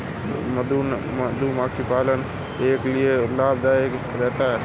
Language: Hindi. मधुमक्खी पालन मेरे लिए बहुत लाभदायक रहा है